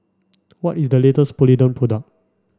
what is the latest Polident product